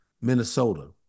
Minnesota